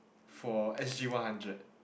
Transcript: for S_G-one-hundred